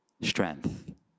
strength